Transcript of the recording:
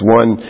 one